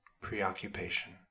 preoccupation